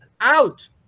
out